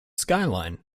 skyline